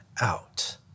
out